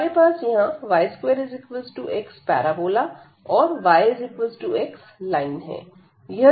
तो हमारे पास यहां y2x पैराबोला और y xलाइन है